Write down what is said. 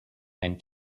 ein